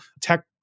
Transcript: tech